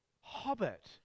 Hobbit